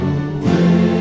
away